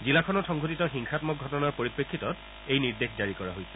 জিলাখনত সংঘটিত হিংসাম্মক ঘটনাৰ পৰিপ্ৰেক্ষিতত এই নিৰ্দেশ জাৰি কৰা হৈছে